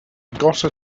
gotta